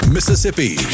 Mississippi